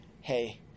hey